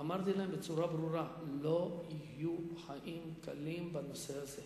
ואמרתי להם בצורה ברורה: לא יהיו חיים קלים בנושא הזה.